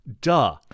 duh